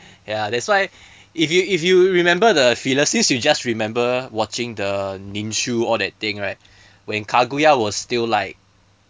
ya that's why if you if you remember the filler since you just remember watching the ninshu all that thing right when kaguya was still like